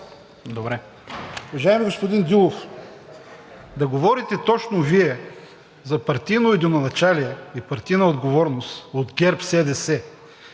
Уважаеми господин Дилов, да говорите точно Вие за партийно единоначалие и партийна отговорност от ГЕРБ-СДС,